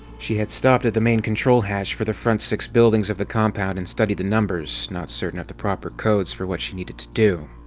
she had stopped at the main control hatch for the front six buildings of the compound and studied the numbers, not certain of the proper codes for what she needed to do.